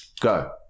Go